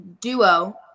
duo